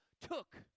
took